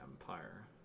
Empire